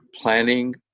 planning